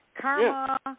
karma